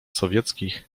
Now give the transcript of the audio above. sowieckich